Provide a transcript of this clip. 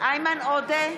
איימן עודה,